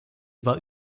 war